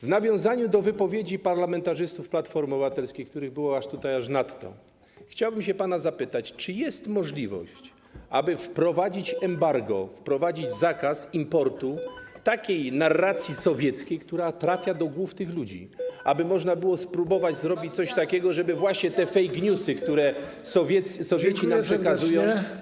W nawiązaniu do wypowiedzi parlamentarzystów Platformy Obywatelskiej, których było tutaj aż nadto, chciałbym pana zapytać, czy jest możliwość, aby wprowadzić embargo, zakaz importu narracji sowieckiej, która trafia do głów tych ludzi, aby można było spróbować zrobić coś takiego, żeby właśnie te fake newsy, które Sowieci nam przekazują.